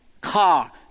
car